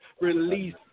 release